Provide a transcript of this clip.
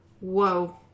Whoa